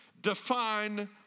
define